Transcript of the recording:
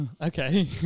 okay